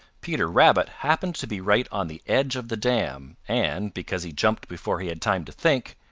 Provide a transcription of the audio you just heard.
peter rabbit happened to be right on the edge of the dam and, because he jumped before he had time to think,